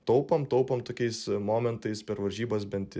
taupom taupom tokiais momentais per varžybas bent